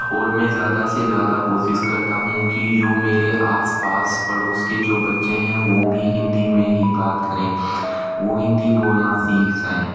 और मैं ज़्यादा से ज़्यादा कोशिश करता हूँ कि जो मेरे आस पास पड़ोस के जो बच्चे हैं वो भी हिंदी में ही बात करें वो हिंदी बोलना सीख जाएं